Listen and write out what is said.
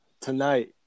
tonight